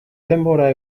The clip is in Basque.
denbora